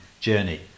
journey